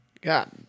God